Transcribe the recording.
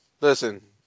Listen